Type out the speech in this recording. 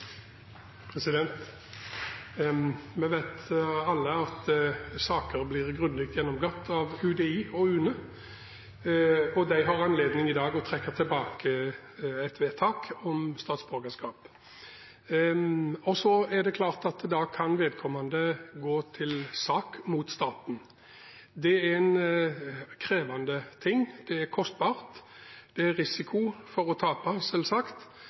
grundig gjennomgått av UDI og UNE, og de har i dag anledning til å trekke tilbake vedtak om statsborgerskap. Da kan vedkommende gå til sak mot staten. Det er krevende, det er kostbart, og det er risiko for å tape – selvsagt.